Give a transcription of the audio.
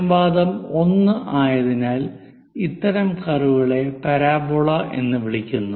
അനുപാതം 1 ആയതിനാൽ ഇത്തരം കർവുകളെ പരാബോള എന്ന് വിളിക്കുന്നു